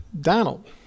Donald